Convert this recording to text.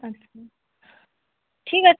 আচ্ছা ঠিক আছে